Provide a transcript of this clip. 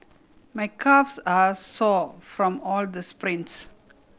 my calves are sore from all the sprints